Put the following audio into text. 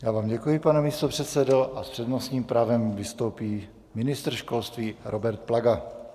Já vám děkuji, pane místopředsedo, a s přednostním právem vystoupí ministr školství Robert Plaga.